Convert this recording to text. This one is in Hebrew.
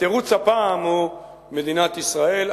התירוץ הפעם הוא מדינת ישראל.